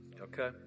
Okay